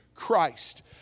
christ